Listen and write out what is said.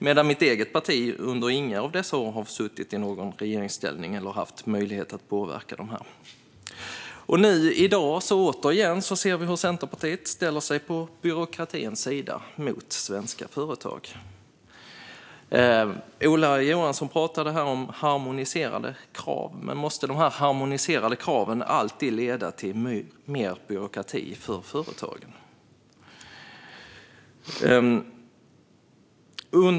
Mitt eget parti har under inga av dessa år suttit i regeringsställning eller haft möjlighet att påverka detta. I dag ser vi återigen hur Centerpartiet ställer sig på byråkratins sida mot svenska företag. Ola Johansson pratade om harmoniserade krav. Men måste de harmoniserade kraven alltid leda till mer byråkrati för företagen?